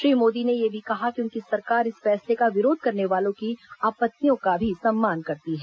श्री मोदी ने यह भी कहा कि उनकी सरकार इस फैसले का विरोध करने वालों की आपत्तियों का भी सम्मान करती है